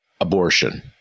abortion